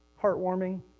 heartwarming